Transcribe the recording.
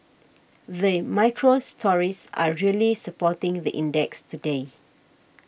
the micro stories are really supporting the index today